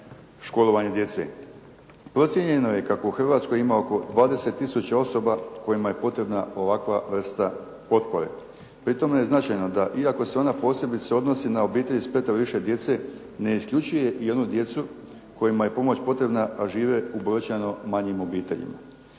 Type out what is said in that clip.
školovanje djece. Procijenjeno je kako u Hrvatskoj ima oko 20 tisuća osoba kojima je potrebna ovakva vrsta potpore. Pri tome je značajno da iako se ona posebice odnosi na obitelji s petero i više djece ne isključuje i onu djecu kojima je pomoć potrebna a žive u brojčano manjim obiteljima.